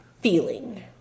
feeling